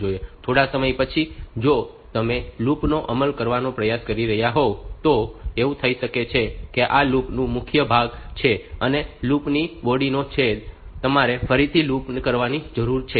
થોડા સમય પછી જો તમે લૂપ નો અમલ કરવાનો પ્રયાસ કરી રહ્યાં હોવ તો એવું થઈ શકે છે કે આ લૂપ નો મુખ્ય ભાગ છે અને લૂપ ની બોડીના છેડે તમારે ફરીથી લૂપ કરવાની જરૂર હોય છે